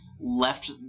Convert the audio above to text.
left –